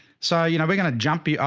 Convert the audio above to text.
so you know, we're going to jump yeah